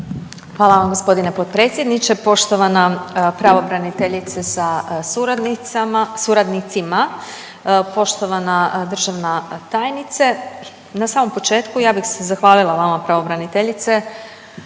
Hvala vam gospodine potpredsjedniče. Poštovana pravobraniteljice sa suradnicama, suradnicima, poštovana državna tajnice na samom početku ja bih se zahvalila vama pravobraniteljice